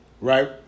right